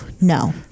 No